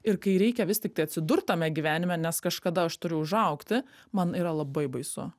ir kai reikia vis tiktai atsidurt tame gyvenime nes kažkada aš turiu užaugti man yra labai baisu